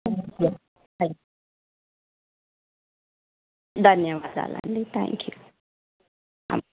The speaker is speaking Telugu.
థ్యాంక్ యూ ధన్యవాదాలండి థ్యాంక్ యూ